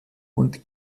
und